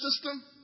system